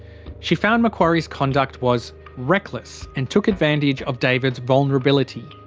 she found macquarie's conduct was reckless and took advantage of david's vulnerability.